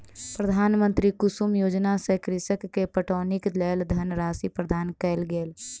प्रधानमंत्री कुसुम योजना सॅ कृषक के पटौनीक लेल धनराशि प्रदान कयल गेल